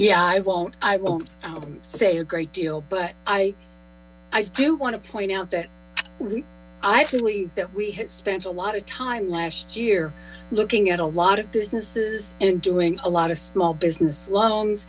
yeah i won't i won't say a great deal but i do want to point out that i believe that we had spent a lot of time last year looking at a lot of businesses and doing a lot of small business loans